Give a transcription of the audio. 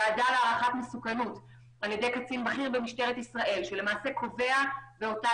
ועדה להערכת מסוכנות על ידי קצין בכיר במשטרת ישראל שקובע באותה